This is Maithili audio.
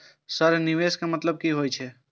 सर निवेश के मतलब की हे छे?